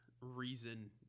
reason